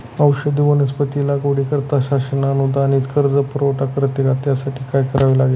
औषधी वनस्पती लागवडीकरिता शासन अनुदानित कर्ज पुरवठा करते का? त्यासाठी काय करावे लागेल?